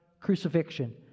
crucifixion